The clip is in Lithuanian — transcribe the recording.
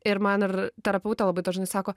ir man ir terapeutė labai dažnai sako